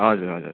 हजुर हजुर